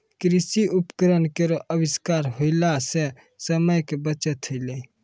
कृषि उपकरण केरो आविष्कार होला सें समय के बचत होलै